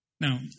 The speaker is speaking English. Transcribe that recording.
Now